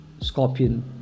scorpion